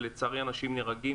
ולצערי אנשים נהרגים,